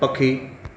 पखी